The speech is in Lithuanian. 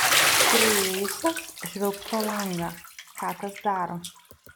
priėjusios žvilgt pro langą ką tas daro